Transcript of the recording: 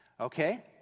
Okay